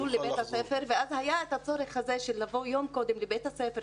לבית הספר ואז היה את הצורך הזה של לבוא יום קודם לבית הספר,